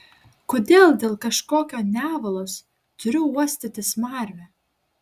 kodėl dėl kažkokio nevalos turiu uostyti smarvę